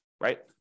Right